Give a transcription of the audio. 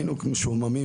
היינו משועממים,